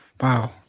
Wow